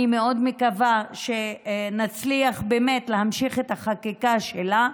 אני מאוד מקווה שנצליח באמת להמשיך את החקיקה שלה,